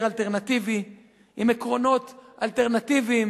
אלטרנטיבי עם עקרונות אלטרנטיביים.